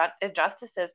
injustices